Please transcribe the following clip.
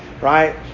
Right